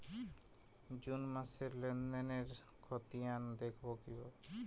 June মাসের লেনদেনের খতিয়ান দেখবো কিভাবে?